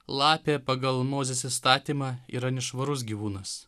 lapė pagal mozės įstatymą yra nešvarus gyvūnas